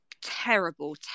terrible